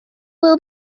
would